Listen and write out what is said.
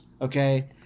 Okay